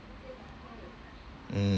mm